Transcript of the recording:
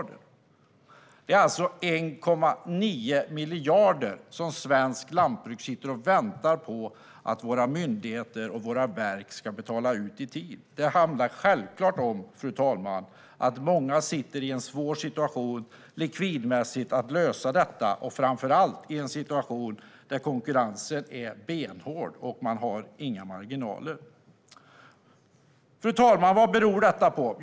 Det är alltså 1,9 miljarder som svenskt lantbruk sitter och väntar på att våra myndigheter och våra verk ska betala ut. Det handlar självklart om, fru talman, att många sitter i en svår situation likvidmässigt när det gäller att lösa detta och framför allt i en situation där konkurrensen är benhård och man inte har några marginaler. Fru talman! Vad beror detta på?